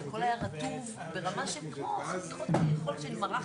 כי אנחנו לא עושים את זה כבר הרבה מאוד שנים.